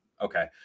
okay